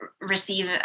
receive